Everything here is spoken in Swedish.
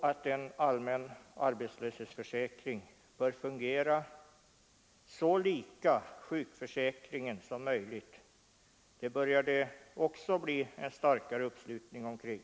Att en allmän arbetslöshetsförsäkring bör fungera så lika sjukförsäkringen som möjligt börjar det också bli en allt starkare uppslutning kring.